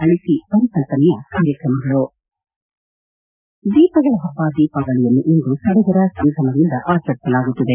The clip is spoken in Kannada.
ಅಳಿಸಿ ಪರಿಕಲ್ಲನೆಯ ಕಾರ್ಯಕ್ರಮಗಳು ದೀಪಗಳ ಹಬ್ಲ ದೀಪಾವಳಿಯನ್ನು ಇಂದು ಸಡಗರ ಸಂಭ್ರಮದಿಂದ ಆಚರಿಸಲಾಗುತ್ತಿದೆ